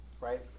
right